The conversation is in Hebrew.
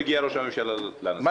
אם לא הגיע ראש הממשלה לנשיא --- איל,